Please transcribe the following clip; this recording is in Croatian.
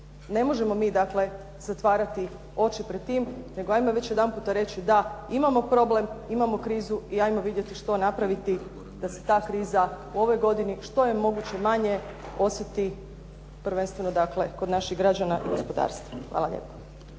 ne možemo mi dakle zatvarati oči pred tim, nego 'ajmo već jedan puta reći da imamo problem, imamo krizu i 'ajmo vidjeti što napraviti da se ta kriza u ovoj godini što je moguće manje osjeti prvenstvenog dakle kod naših građana u gospodarstvu. Hvala lijepo.